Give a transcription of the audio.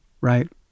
right